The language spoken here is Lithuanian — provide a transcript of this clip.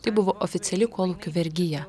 tai buvo oficiali kolūkių vergija